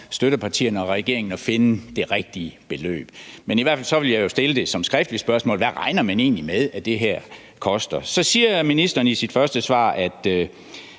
støttepartierne og regeringen at finde det rigtige beløb. Men i hvert fald vil jeg jo stille det som et skriftligt spørgsmål: Hvad regner man egentlig med at det her koster? Så siger ministeren i sit første svar, at